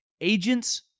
agents